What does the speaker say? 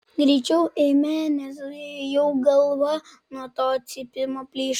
greičiau eime nes jau galva nuo to cypimo plyšta